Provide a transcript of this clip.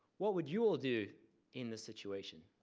what would you all do in the situation?